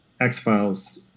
X-Files